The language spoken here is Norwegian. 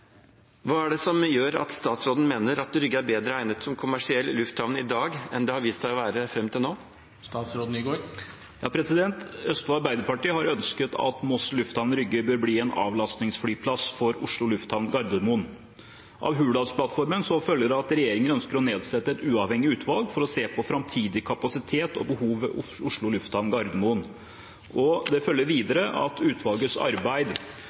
Hva er det som gjør at statsråden mener at Rygge er bedre egnet som kommersiell lufthavn i dag enn det har vist seg å være til nå?» Østfold Arbeiderparti har ønsket at Moss lufthavn, Rygge bør bli en avlastningsflyplass for Oslo lufthavn Gardermoen. Av Hurdalsplattformen følger det at regjeringen ønsker å nedsette et uavhengig utvalg for å se på framtidig kapasitet og behov ved Oslo lufthavn Gardermoen. Det følger videre at utvalgets arbeid